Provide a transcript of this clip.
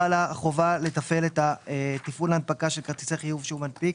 חלה החובה לתפעל את תפעול ההנפקה של כרטיסי חיוב שהוא מנפיק